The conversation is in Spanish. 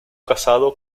casado